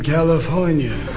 California